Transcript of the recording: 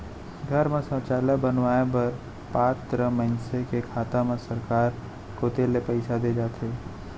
घर म सौचालय बनवाए बर पात्र मनसे के खाता म सरकार कोती ले पइसा दे जाथे